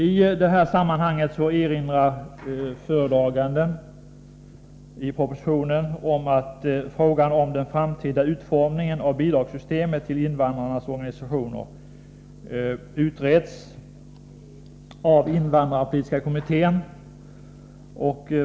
I detta sammanhang erinrar föredraganden i propositionen om att frågan om den framtida utformningen av bidragssystemet för invandrarnas organisationer utreds av invandrarpolitiska kommittén.